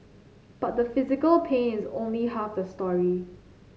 but the physical pain is only half the story